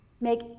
make